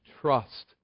trust